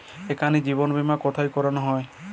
এখানে জীবন বীমা কোথায় করানো হয়?